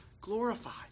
glorified